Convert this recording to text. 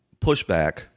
pushback